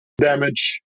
damage